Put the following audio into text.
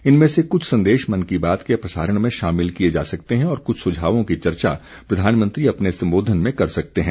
इनमें से कुछ संदेश मन की बात के प्रसारण में शामिल किए जा सकते हैं और कुछ सुझावों की चर्चा प्रधानमंत्री अपने संबोधन में कर सकते हैं